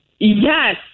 Yes